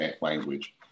language